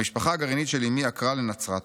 המשפחה הגרעינית של אימי ערקה לנצרת,